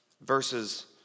verses